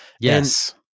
yes